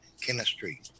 chemistry